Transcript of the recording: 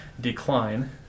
decline